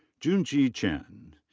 junjie chen.